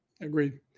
Agreed